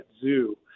zoo